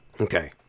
Okay